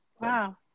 Wow